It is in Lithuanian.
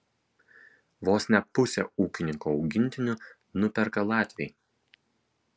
vos ne pusę ūkininko augintinių nuperka latviai